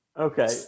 Okay